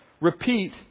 repeat